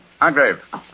Hargrave